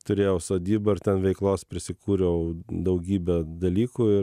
turėjau sodybą ir ten veiklos prisikūriau daugybę dalykų